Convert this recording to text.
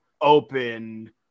open